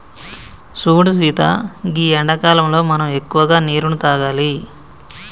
సూడు సీత గీ ఎండాకాలంలో మనం ఎక్కువగా నీరును తాగాలి